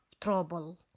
trouble